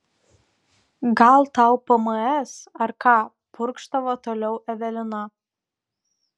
gal tau pms ar ką purkštavo toliau evelina